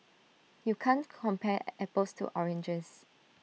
you can't compare apples to oranges